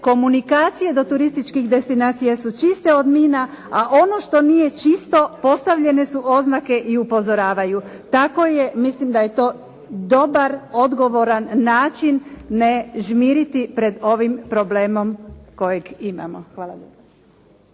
komunikacije do turističkih destinacija su čiste od mina, a ono što nije čisto postavljene su oznake i upozoravaju. Tako je. Mislim da je to dobar, odgovoran način ne žmiriti pred ovim problemom kojeg imamo. Hvala